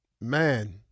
Man